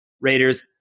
Raiders